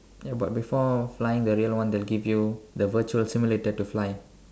ya but before flying the real one they'll give you the virtual simulator to fly